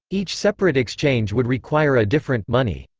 each separate exchange would require a different money.